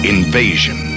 Invasion